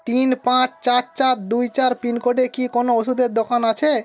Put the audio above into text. তিন পাঁচ চার চার দুই চার পিনকোডে কি কোনো ওষুধের দোকান আছে